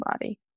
body